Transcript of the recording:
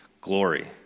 Glory